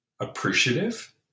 appreciative